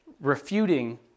refuting